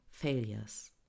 failures